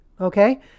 Okay